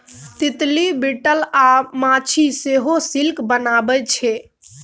तितली, बिटल अ माछी सेहो सिल्क बनबै छै